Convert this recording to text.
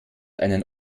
einen